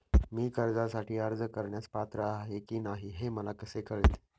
मी कर्जासाठी अर्ज करण्यास पात्र आहे की नाही हे मला कसे कळेल?